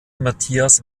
matthias